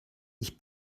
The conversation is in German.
ich